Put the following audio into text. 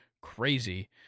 crazy